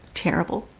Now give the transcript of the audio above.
terrible.